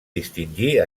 distingir